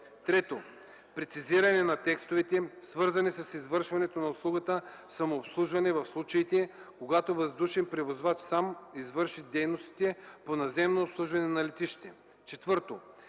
3. Прецизиране на текстовете, свързани с извършването на услугата самообслужване – в случаите, когато въздушен превозвач сам извършва дейностите по наземно обслужване на летище. 4.